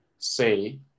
say